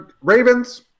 Ravens